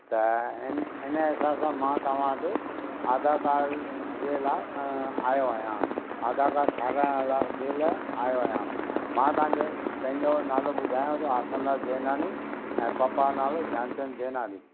त इन इन हिसाब सां मां तव्हां वटि आधार कार्ड जे लाइ आयो आहियां आधार कार्ड ठहाराइण लाइ जे लाइ आयो आहियां मां तव्हांखे पंहिंजो नालो ॿुधायांव थो आसंदा जेनानी ऐं पप्पा जो नालो ज्ञानचंद जेनानी